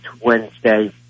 Wednesday